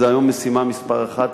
זו היום משימה מספר אחת,